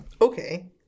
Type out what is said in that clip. okay